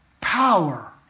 power